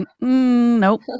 nope